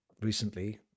recently